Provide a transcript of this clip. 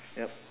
yup